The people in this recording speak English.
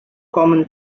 common